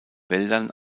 wäldern